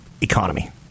economy